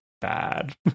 bad